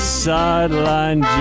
sideline